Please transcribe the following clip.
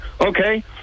okay